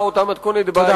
אותה מתכונת פסולה,